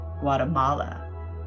Guatemala